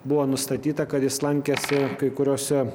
buvo nustatyta kad jis lankėsi kai kuriose